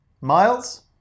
...miles